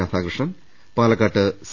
Radhakrishnan Palakkad C